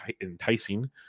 enticing